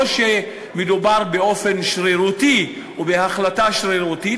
לא מדובר באופן שרירותי או בהחלטה שרירותית,